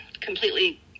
completely